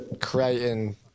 creating